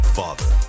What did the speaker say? father